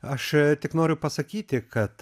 aš tik noriu pasakyti kad